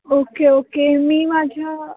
okay okay मी माझ्या